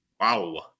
Wow